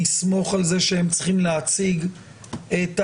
נסמוך על זה שהם צריכים להציג את הבדיקה...